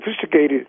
sophisticated